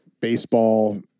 baseball